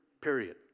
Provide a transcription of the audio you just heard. Period